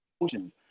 emotions